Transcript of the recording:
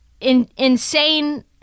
Insane